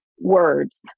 words